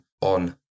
on